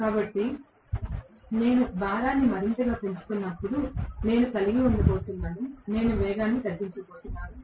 కాబట్టి నేను భారాన్ని మరింతగా పెంచుతున్నప్పుడు నేను కలిగి ఉండబోతున్నాను నేను వేగాన్ని తగ్గించబోతున్నాను